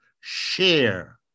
share